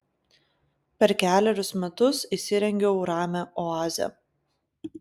per kelerius metus įsirengiau ramią oazę